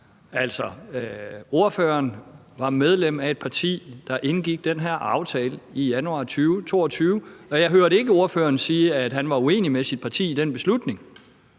ordføreren var medlem af et parti, der indgik den her aftale i januar 2022, og jeg hørte ikke ordføreren sige, at han var uenig med sit parti i den beslutning,